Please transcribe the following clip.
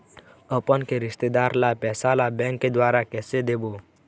अपन के रिश्तेदार ला पैसा ला बैंक के द्वारा कैसे देबो?